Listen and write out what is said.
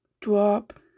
Drop